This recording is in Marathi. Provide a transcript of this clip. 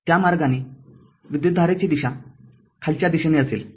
त्या मार्गाने विद्युतधारेची दिशा खालच्या दिशेने असेल